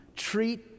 treat